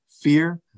fear